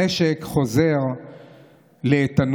המשק חוזר לאיתנו,